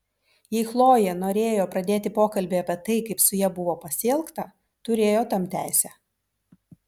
jei chlojė norėjo pradėti pokalbį apie tai kaip su ja buvo pasielgta turėjo tam teisę